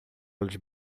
olhos